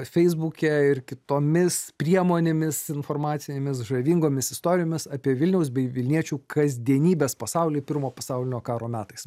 feisbuke ir kitomis priemonėmis informacinėmis žavingomis istorijomis apie vilniaus bei vilniečių kasdienybės pasaulį pirmo pasaulinio karo metais